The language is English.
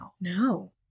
no